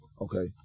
Okay